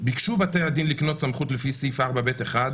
ביקשו בתי הדין לקנות סמכות לפי סעיף 4ב1,